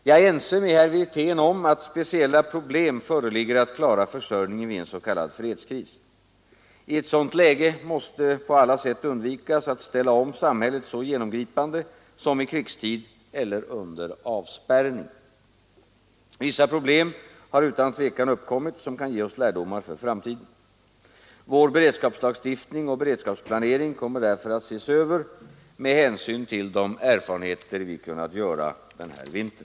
Jag är ense med herr Wirtén om att speciella problem föreligger i fråga om att klara försörjningen vid en s.k. fredskris. I ett sådant läge måste man på alla sätt undvika att ställa om samhället så genomgripande som i krigstid eller under avspärrning. Vissa problem har utan tvivel uppkommit som kan ge oss lärdomar för framtiden. Vår beredskapslagstiftning och beredskapsplanering kommer därför att ses över med hänsyn till de erfarenheter vi kunnat göra denna vinter.